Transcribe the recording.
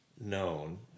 known